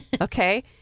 Okay